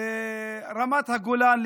רמת הגולן?